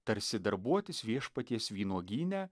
tarsi darbuotis viešpaties vynuogyne